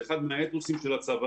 זה אחד האתוסים של הצבא,